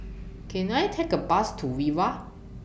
Can I Take A Bus to Viva